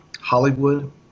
Hollywood